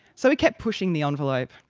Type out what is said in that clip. so he kept pushing the envelope.